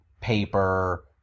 paper